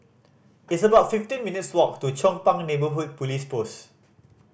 it's about fifteen minutes' walk to Chong Pang Neighbourhood Police Post